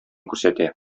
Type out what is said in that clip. күрсәтә